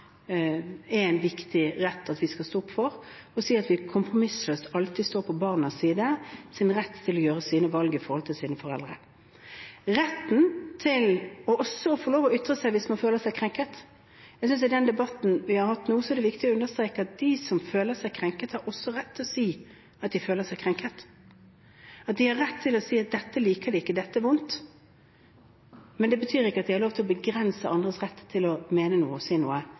er en viktig rett som vi skal stå opp for, og si at vi kompromissløst alltid står på barnas side i deres rett til å gjøre sine valg i forhold til sine foreldre. Når det gjelder retten til også å få lov til å få ytre seg hvis man føler seg krenket: I den debatten vi har hatt nå, er det viktig å understreke at de som føler seg krenket, også har rett til å si at de føler seg krenket, at de har rett til å si at dette liker de ikke, dette er vondt, men det betyr ikke at de har lov til å begrense andres rett til å mene noe og si noe